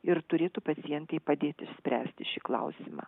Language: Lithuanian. ir turėtų pacientei padėt išspręsti šį klausimą